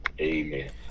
Amen